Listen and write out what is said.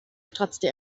stratzte